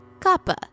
Kappa